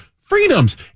freedoms